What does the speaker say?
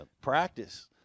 practice